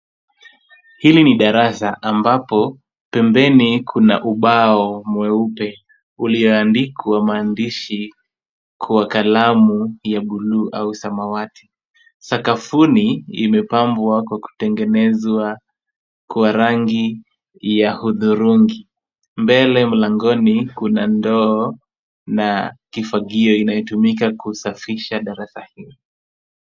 Hili ni darasa ambapo pembeni kuna ubao mweupe ulioandikwa maandishi kwa kalamu ya buluu au samawati. Sakafuni, kumepambwa kwa kutengenezwa kwa rangi ya hudhurungi. Mbele mlangoni kuna ndoo na kifagio kinachotumika kusafisha darasa hilo.